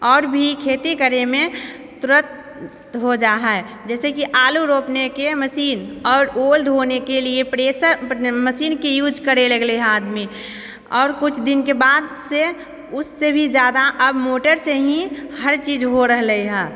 आओर भी खेती करैमे तुरत हो जा हय जैसे कि आलू रोपनेके मशीन आओर ओल धोनेके लिये प्रेसर मशीनके यूज करे लगले हे आदमी आओर कुछ दिनके बादसँ उससे भी जादा अब मोटर से ही हर चीज हो रहलै हय